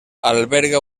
alberga